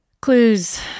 Clues